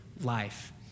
life